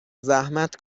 زحمت